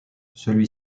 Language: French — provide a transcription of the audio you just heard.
celui